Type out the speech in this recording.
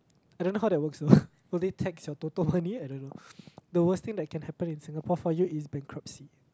I don't know how that works though will they tax your Toto money I don't know the worst thing that can happen in Singapore for you is bankruptcy